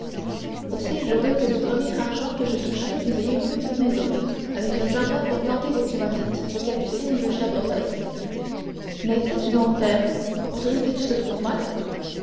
aussi je veux que du premier argent que je toucherai vous ayez une petite maison avec un jardin pour planter vos clématites vos capucines et vos chèvrefeuilles mais qu'as-tu donc père on dirait que tu te trouves mal